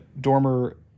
Dormer